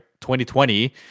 2020